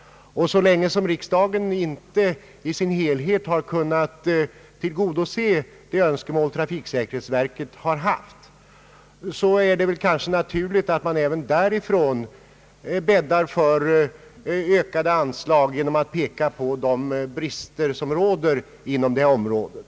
Så länge riksdagen inte helt har kunnat tillgodose trafiksäkerhetsverkets önskemål är det kanske natur ligt att man från verkets sida bäddar för ökade anslag genom att peka på de brister som råder på detta område.